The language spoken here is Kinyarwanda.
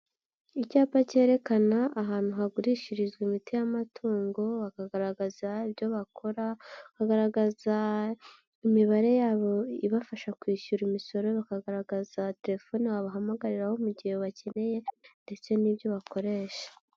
Icyapa cyerekana ahantu hagurishirizwa imiti y'amatungo, bakagaragaza ibyo bakora, bagaragaza imibare yabo ibafasha kwishyura imisoro, bakagaragaza telefoni babahamagariraho mu gihe ubakeneye ndetse n'ibyo bakoresha.